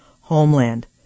homeland